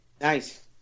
nice